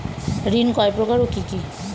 ঋণ কয় প্রকার ও কি কি?